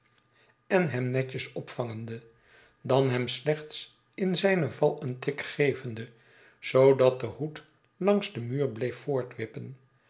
en hem netjes opvangende dan hem slechts in zijn val een tik gevende zoodat de hoed langs den muur bleef